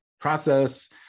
process